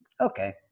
okay